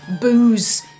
booze